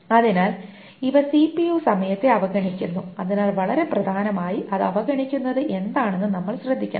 അതിനാൽ ഇവ സിപിയു സമയത്തെ അവഗണിക്കുന്നു അതിനാൽ വളരെ പ്രധാനമായി അത് അവഗണിക്കുന്നത് എന്താണെന്ന് നമ്മൾ ശ്രദ്ധിക്കണം